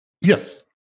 Yes